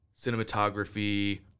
cinematography